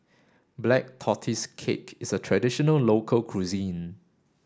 black tortoise cake is a traditional local cuisine